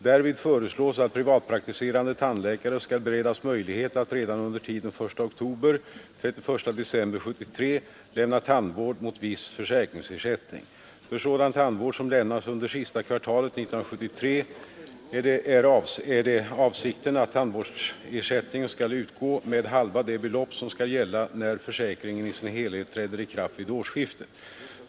Därvid föreslås att privatpraktiserande tandläkare skall beredas möjlighet att redan under tiden 1 oktober—31 december 1973 lämna tandvård mot viss försäkringsersättning. För sådan tandvård som lämnas under sista kvartalet 1973 är det avsikten att tandvårdsersättning skall utgå med halva det belopp som skall gälla när försäkringen i sin helhet träder i kraft vid årsskiftet.